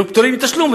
הם יהיו פטורים מתשלום.